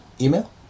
Email